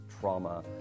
trauma